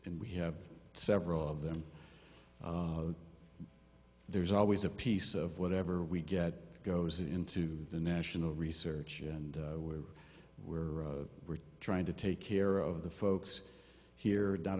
and we have several of them there's always a piece of whatever we get goes into the national research and we're we're we're trying to take care of the folks here